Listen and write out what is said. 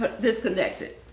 disconnected